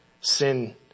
sin